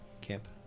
camp